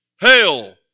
Hail